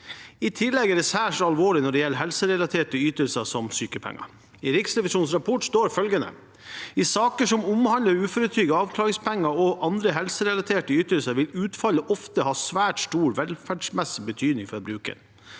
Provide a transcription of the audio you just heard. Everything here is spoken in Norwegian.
I tillegg er det særs alvorlig når det gjelder helserelaterte ytelser som sykepenger. I Riksrevisjonens rapport står følgende: «I saker som omhandler uføretrygd, arbeidsavklaringspenger og andre helserelaterte ytelser, vil utfallet ofte ha svært stor velferdsmessig betydning for brukeren.»